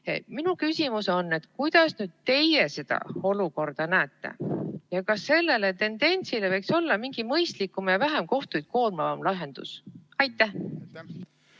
Minu küsimus on: kuidas teie seda olukorda näete? Ka sellele tendentsile võiks olla mingi mõistlikum ja vähem kohtuid koormav lahendus? Aitäh!